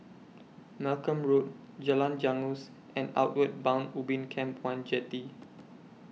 Malcolm Road Jalan Janggus and Outward Bound Ubin Camp one Jetty